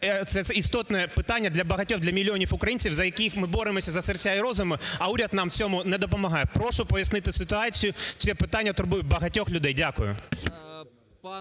це істотне питання для багатьох, для мільйонів українців, за яких ми боремося, за серця і розум, а уряд нам в цьому не допомагає. Прошу пояснити ситуацію, це питання турбує багатьох людей. Дякую.